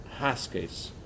haskes